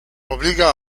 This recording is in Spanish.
obliga